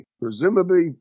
Presumably